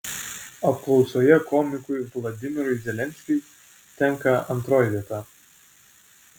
apklausoje komikui vladimirui zelenskiui tenka antroji vieta